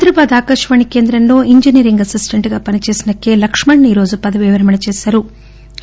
హైదరాబాద్ ఆకాశవాణి కేంద్రంలో engineering assistant గా పని చేసిన కే లక్ష్మణ్ ఈ రోజు పదవీవిరమణ చేశారు